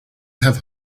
have